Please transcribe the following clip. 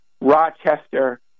Rochester